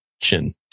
Chin